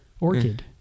Orchid